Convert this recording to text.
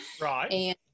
Right